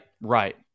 right